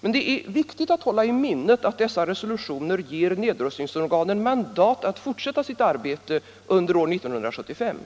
Men det är viktigt att hålla i minnet, att dessa resolutioner ger nedrustningsorganen mandat att fortsätta sitt arbete under år 1975.